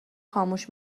خاموش